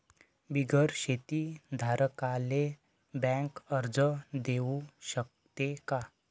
बिगर शेती धारकाले बँक कर्ज देऊ शकते का?